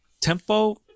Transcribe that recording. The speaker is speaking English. tempo